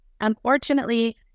Unfortunately